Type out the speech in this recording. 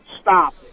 stop